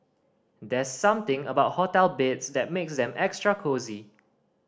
there's something about hotel beds that makes them extra cosy